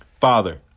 father